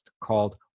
called